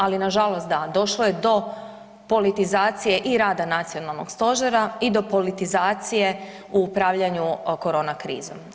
Ali na žalost da, došlo je do politizacije i rada nacionalnog stožera, i do politizacije upravljanju korona krizom.